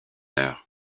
heure